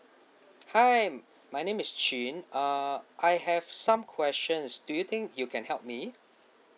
hi my name is chin err I have some questions do you think you can help me